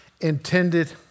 intended